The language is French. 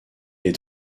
est